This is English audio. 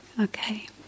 Okay